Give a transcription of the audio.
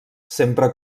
sempre